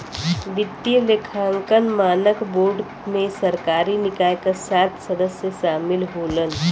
वित्तीय लेखांकन मानक बोर्ड में सरकारी निकाय क सात सदस्य शामिल होलन